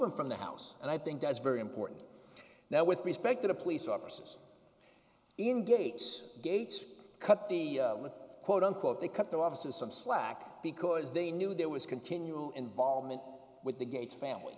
him from the house and i think that's very important now with respect to the police officers in gates gates cut the quote unquote they cut their offices some slack because they knew there was continual involvement with the gates family